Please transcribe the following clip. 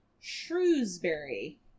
Shrewsbury